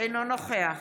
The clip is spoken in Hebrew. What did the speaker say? אינו נוכח